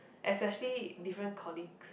especially different colleagues